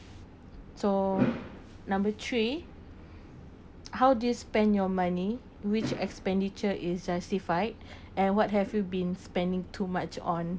so number three how do you spend your money which expenditure is justified and what have you been spending too much on